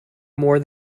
more